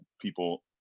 people